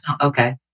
Okay